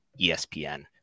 ESPN